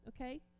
Okay